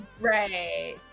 Right